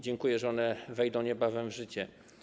Dziękuję, że one wejdą niebawem w życie.